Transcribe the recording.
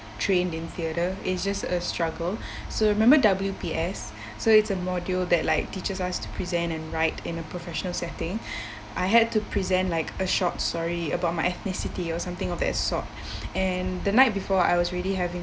trained in theatre it's just a struggle so remember W_P_S so it's a module that like teaches us to present and write in a professional setting I had to present like a short story about my ethnicity or something of that sort and the night before I was really having